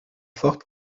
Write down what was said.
fortes